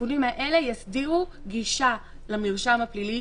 התיקונים האלה יסדירו גישה למרשם הפלילי.